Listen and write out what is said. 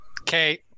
Okay